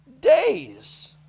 days